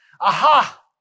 aha